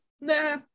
nah